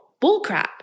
bullcrap